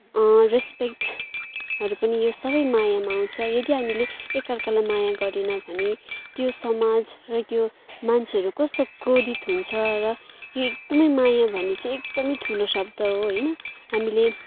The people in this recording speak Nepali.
रेस्पेक्टहरू पनि यो सबै मायामा आउँछ यदि हामीले एक अर्कालाई माया गरेन भने त्यो समाज र त्यो मान्छेहरू कस्तो क्रोधित हुन्छ र यो एकदमै माया भन्ने चाहिँ एकदमै ठुलो शब्द हो होइन हामीले